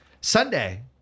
Sunday